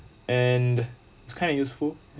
and kind of useful